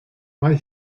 mae